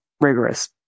rigorous